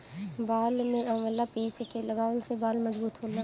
बाल में आवंला पीस के लगवला से बाल मजबूत होला